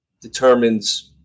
determines